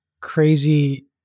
crazy